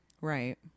Right